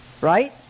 right